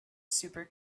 super